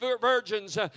virgins